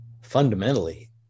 fundamentally